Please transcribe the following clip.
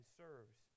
serves